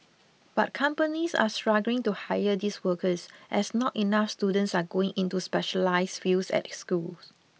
but companies are struggling to hire these workers as not enough students are going into specialised fields at school